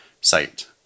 site